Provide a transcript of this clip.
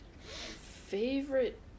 Favorite